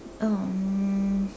um